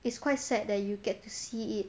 it's quite sad that you get to see it